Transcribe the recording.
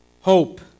Hope